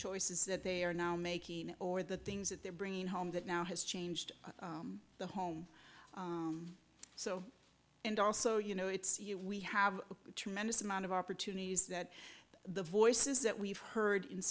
choices that they are now making or the things that they're bringing home that now has changed the home so and also you know it's you we have a tremendous amount of opportunities that the voices that we've heard in